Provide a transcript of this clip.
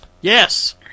Yes